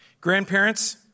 Grandparents